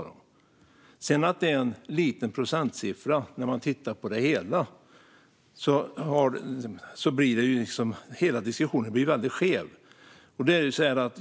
Det är en liten procentsiffra sett till helheten, men hela diskussionen blir väldigt skev.